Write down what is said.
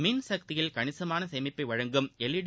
மின்சக்தியில் கணிசமாக சேமிப்பை வழங்கும் எல்இடி